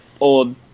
old